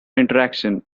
interaction